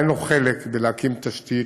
אין לו חלק בלהקים תשתית,